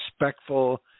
respectful